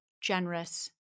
generous